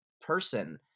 person